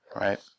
Right